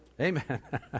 Amen